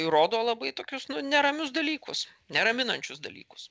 rodo labai tokius neramius dalykus neraminančius dalykus